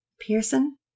Pearson